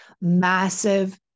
massive